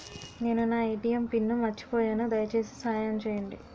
నేను నా ATM pin మర్చిపోయాను, దయచేసి సహాయం చేయండి